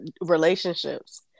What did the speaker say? relationships